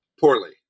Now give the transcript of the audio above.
Poorly